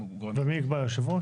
ומי יקבע, יושב הראש?